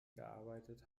gearbeitet